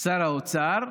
שר האוצר,